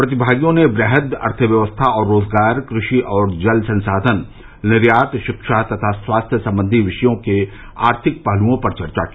प्रतिभागियों ने वृहद अर्थ व्यवस्था और रोजगार क्रृपि और जल संसाधन निर्यात शिक्षा तथा स्वास्थ्य संबंधी विषयों के आर्थिक पहलुओं पर चर्चा की